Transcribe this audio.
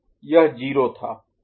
यह 0 था डी 0 था